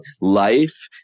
life